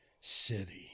City